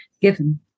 given